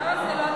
לא, זה לא נכון.